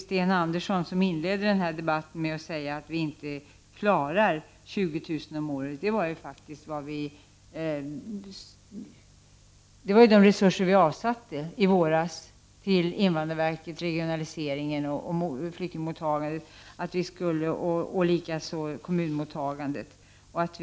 Sten Andersson i Malmö inledde den här debatten med att säga att vi inte klarar att ta emot 20000 flyktingar om året. Men då vill jag säga att vi faktiskt avsatte resurser för det ändamålet i våras. Det handlar då om invandrarverket, regionaliseringen, flyktingmottagandet och kommunmottagandet.